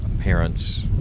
parents